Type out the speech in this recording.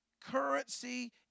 currency